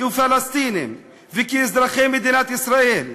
כפלסטינים וכאזרחי מדינת ישראל,